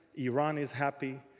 iran is happy.